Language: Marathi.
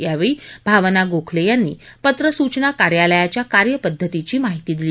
यावेळी भावना गोखले यांनी पत्र सूचना कार्यालयाच्या कार्यपद्धतीची माहिती दिली